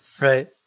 right